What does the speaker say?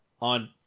on